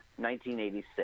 1986